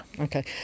Okay